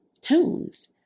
tunes